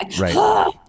right